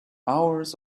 hours